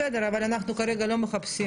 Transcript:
בסדר, אבל אנחנו כרגע לא מחפשים